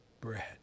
bread